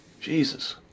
Jesus